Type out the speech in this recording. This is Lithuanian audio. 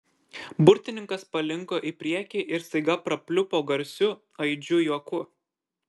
burtininkas palinko į priekį ir staiga prapliupo garsiu aidžiu juoku